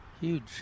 huge